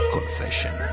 Confession